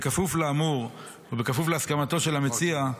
בכפוף לאמור ובכפוף להסכמתו של המציע,